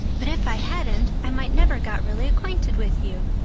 but if i hadn't i might never got really acquainted with you.